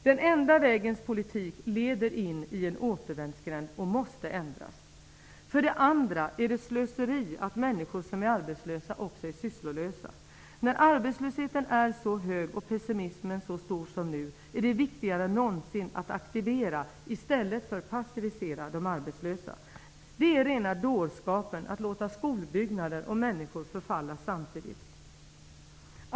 Den enda vägens politik leder in i en återvändsgränd och måste ändras. För det andra är det slöseri att människor som är arbetslösa också är sysslolösa. När arbetslösheten är så hög och pessimismen så stor som nu, är det viktigare än någonsin att aktivera i stället för att passivisera de arbetslösa. Det är rena dårskapen att låta skolbyggnader och människor förfalla samtidigt.